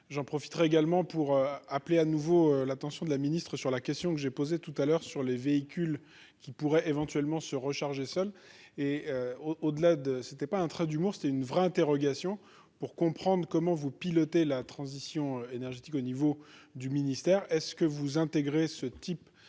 j'en profiterai également pour appeler à nouveau l'attention de la Ministre sur la question que j'ai posée tout à l'heure sur les véhicules qui pourrait éventuellement se recharger seul et au-delà de c'était pas un trait d'humour, c'est une vraie interrogation pour comprendre comment vous pilotez la transition énergétique au niveau du ministère est-ce que vous intégrez ce type